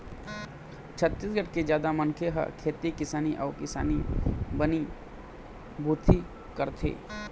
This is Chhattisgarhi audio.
छत्तीसगढ़ के जादा मनखे ह खेती किसानी अउ किसानी बनी भूथी करथे